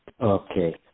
Okay